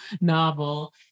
novel